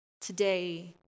today